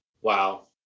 wow